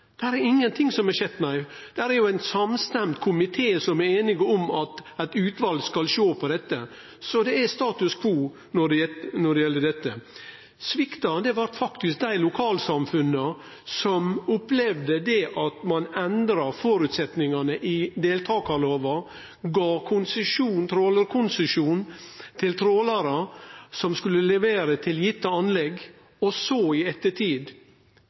Det er ingenting som har skjedd. Det er ein samstemt komité som er einig om at eit utval skal sjå på dette, så det er status quo når det gjeld dette. Svikta blei faktisk dei lokalsamfunna som opplevde at ein endra føresetnadene i deltakarlova, gav konsesjon til trålarar som skulle levere til gitte anlegg, og så i ettertid